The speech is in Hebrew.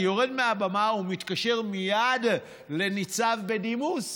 אני יורד מהבמה ומתקשר מייד לניצב בדימוס